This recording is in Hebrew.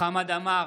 חמד עמאר,